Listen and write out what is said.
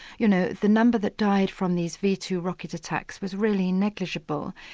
you know, the number that died from these v two rocket attacks, was really negligible.